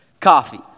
coffee